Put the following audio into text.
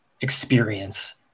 experience